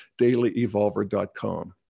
dailyevolver.com